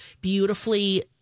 beautifully